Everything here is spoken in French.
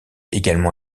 également